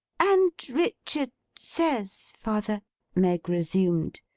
and richard says, father meg resumed.